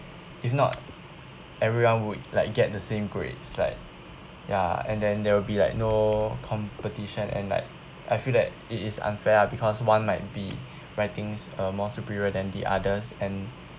if not everyone would like get the same grades like ya and then there will be like no competition and like I feel that it is unfair ah because one might be writing uh more superior than the others and